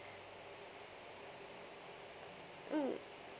mm